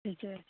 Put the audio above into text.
ठीके छै